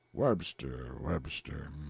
webster webster.